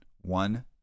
One